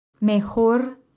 Mejor